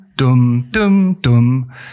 dum-dum-dum